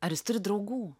ar jis turi draugų